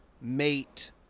mate